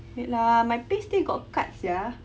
wait lah my pay still got cut sia